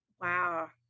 Wow